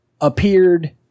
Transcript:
appeared